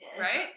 Right